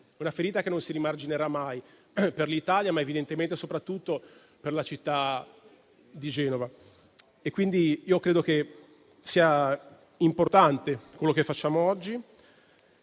una ferita che non si rimarginerà mai per l'Italia ma, evidentemente, soprattutto per la città di Genova. Quindi, credo sia importante quello che approviamo oggi.